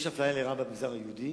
יש אפליה לרעה של המגזר היהודי,